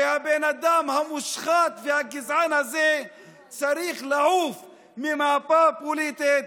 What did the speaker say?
כי הבן אדם המושחת והגזען הזה צריך לעוף מהמפה הפוליטית,